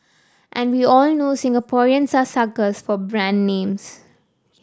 and we all know Singaporeans are suckers for brand names